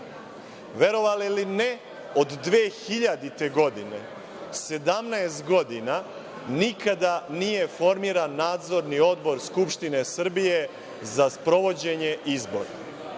Srbiji. Verovali ili ne, od 2000. godine, 17 godina, nikada nije formiran nadzorni odbor Skupštine Srbije za sprovođenje izbora,